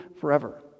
forever